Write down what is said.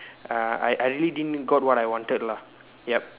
uh I I really didn't got what I wanted lah yup